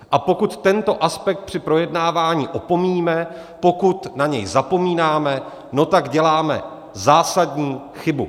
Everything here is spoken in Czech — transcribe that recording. A pokud tento aspekt při projednávání opomíjíme, pokud na něj zapomínáme, děláme zásadní chybu.